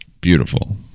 Beautiful